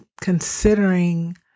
considering